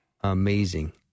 amazing